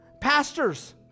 pastors